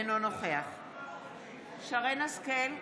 אינו נוכח שרן מרים השכל,